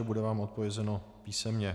Bude vám odpovězeno písemně.